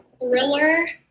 thriller